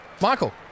Michael